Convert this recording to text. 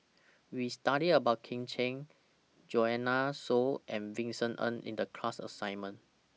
We studied about Kit Chan Joanne Soo and Vincent Ng in The class assignment